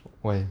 why